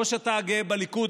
ראש התא הגאה בליכוד,